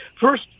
First